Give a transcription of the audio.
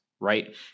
right